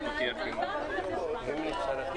עם זאת אנחנו מבינים שנכון לעכשיו זה לא עומד לפני שינוי.